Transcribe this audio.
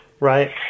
Right